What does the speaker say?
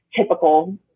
typical